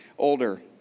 Older